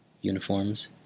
uniforms